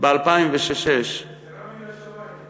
ב-2006, גזירה מן השמים.